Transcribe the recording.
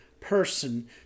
person